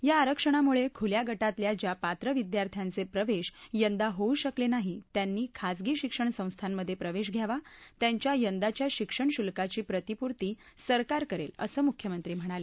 या आरक्षणामुळे खुल्या गटातल्या ज्या पात्र विद्यार्थ्यांचे प्रवेश यंदा होऊ शकले नाही त्यांनी खासगी शिक्षण संस्थांमध्ये प्रवेश घ्यावा त्यांच्या यंदाच्या शिक्षण शुल्काची प्रतिपूर्ती सरकार करेल असं मुख्यमंत्री म्हणाले